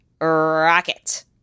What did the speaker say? rocket